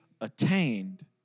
attained